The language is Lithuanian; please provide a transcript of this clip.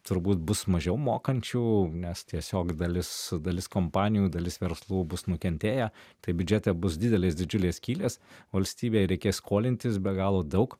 turbūt bus mažiau mokančių nes tiesiog dalis dalis kompanijų dalis verslų bus nukentėję tai biudžete bus didelės didžiulės skylės valstybei reikės skolintis be galo daug